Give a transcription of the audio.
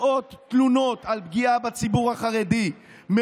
מאות תלונות על פגיעה בציבור החרדי,